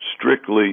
strictly